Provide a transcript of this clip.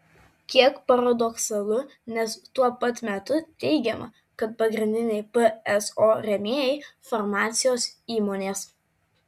kiek paradoksalu nes tuo pat metu teigiama kad pagrindiniai pso rėmėjai farmacijos įmonės